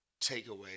takeaway